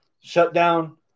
shutdown